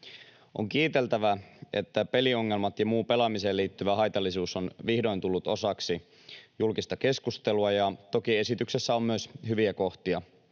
On kiiteltävä, että peliongelmat ja muu pelaamiseen liittyvä haitallisuus on vihdoin tullut osaksi julkista keskustelua, ja toki esityksessä on myös hyviä kohtia.